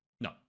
No